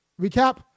recap